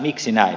miksi näin